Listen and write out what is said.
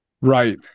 Right